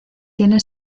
tiene